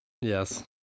Yes